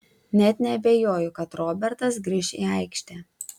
net neabejoju kad robertas grįš į aikštę